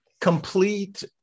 Complete